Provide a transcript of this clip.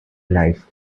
life